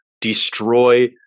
destroy